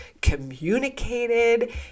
communicated